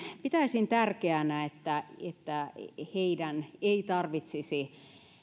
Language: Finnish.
pitäisin tärkeänä että heidän ei tarvitsisi